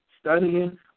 studying